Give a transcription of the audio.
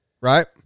right